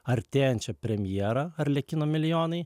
artėjančią premjerą arlekino milijonai